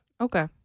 Okay